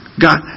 God